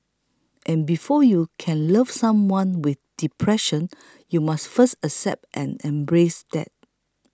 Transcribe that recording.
and before you can love someone with depression you must first accept and embrace that